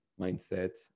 mindset